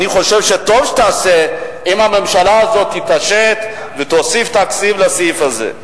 אני חושב שטוב תעשה הממשלה הזאת אם תתעשת ותוסיף תקציב לסעיף הזה.